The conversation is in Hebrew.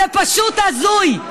זה פשוט הזוי.